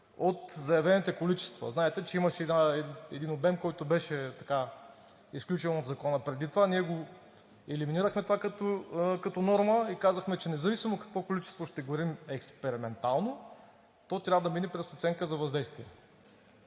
от заявените количества. Знаете, че имаше един обем, който беше изключен от Закона преди това, ние го елиминирахме това като норма и казахме, че независимо какво количество ще горим експериментално, то трябва да мине през оценка за въздействие.